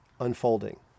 unfolding